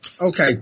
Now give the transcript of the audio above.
Okay